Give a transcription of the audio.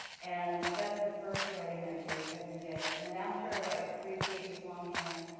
and that's the first writing i do every day and then, after i write the three pages long hand,